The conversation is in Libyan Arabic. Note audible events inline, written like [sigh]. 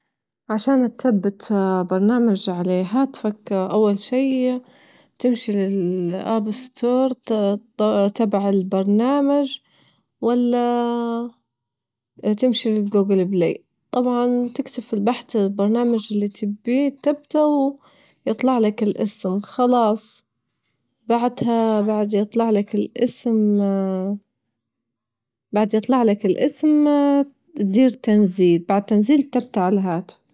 عشان تثبت [hesitation] برنامج على ياهات فكة أول شي تمشي لمتجر التطببيقات [noise] ت- ت- تبع البرنامج ولا تمشي بالجوجل بلاي، طبعا تكتب في البحث البرنامج اللي تبيه تبتوا [noise] يطلع لك الاسم، خلاص بعدها بعد يطلع لك الاسم [hesitation] بعد يطلع لك الاسم [hesitation] دير تنزيل، بعد تنزيل إتبتى على الهاتف.